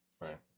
Right